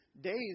days